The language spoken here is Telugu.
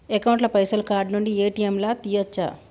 అకౌంట్ ల పైసల్ కార్డ్ నుండి ఏ.టి.ఎమ్ లా తియ్యచ్చా?